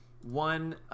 one